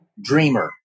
dreamer